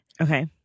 okay